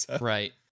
right